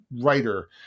writer